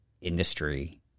industry